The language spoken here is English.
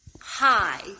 Hi